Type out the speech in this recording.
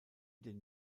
den